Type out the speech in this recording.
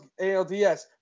ALDS